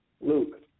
Luke